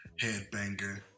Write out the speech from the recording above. Headbanger